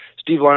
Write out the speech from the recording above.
Steve